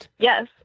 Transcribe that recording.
Yes